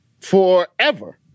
forever